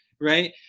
right